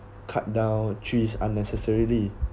cut down trees unnecessarily